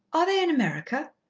are they in america?